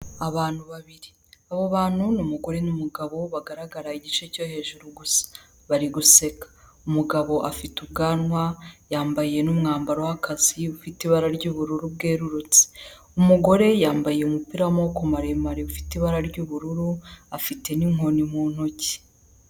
Abantu babiri, abo bantu n’umugore n'umugabo bagaragara igice cyo hejuru gusa bari guseka. Umugabo afite ubwanwa, yambaye n'umwambaro w'akazi ufite ibara ry'ubururu bwerurutse. Umugore yambaye umupira w'amaboko maremare ufite ibara ry'ubururu ,afite n'inkoni mu ntoki.